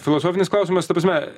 filosofinis klausimas ta prasme